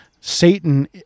Satan